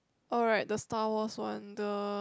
alright the Star Wars one the